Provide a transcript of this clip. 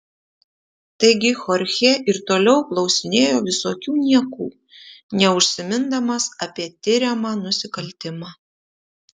taigi chorchė ir toliau klausinėjo visokių niekų neužsimindamas apie tiriamą nusikaltimą